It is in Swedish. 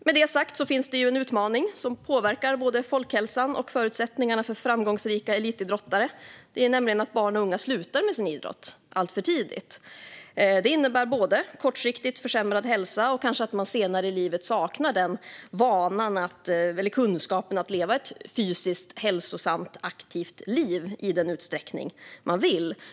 Med detta sagt finns det en utmaning som påverkar både folkhälsan och förutsättningarna för framgångsrika elitidrottare, nämligen att barn och unga slutar med sin idrott alltför tidigt. Det innebär kortsiktigt försämrad hälsa och att man kanske senare i livet saknar att få leva ett fysiskt hälsosamt och aktivt liv i den utsträckning man vill.